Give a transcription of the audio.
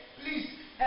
please